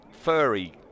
furry